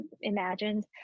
imagined